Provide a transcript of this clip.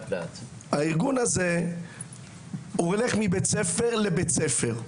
הארגון הזה הולך מבית ספר לבית ספר.